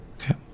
Okay